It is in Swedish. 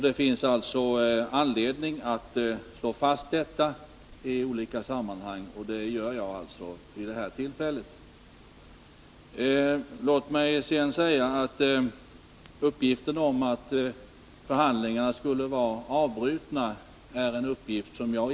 Det finns anledning att slå fast detta i olika sammanhang, och det gör jag vid det här tillfället. Låt mig sedan säga att jag inte känner till uppgiften om att förhandlingarna skulle vara avbrutna.